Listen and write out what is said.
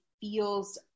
feels